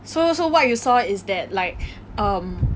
so so what you saw is that like um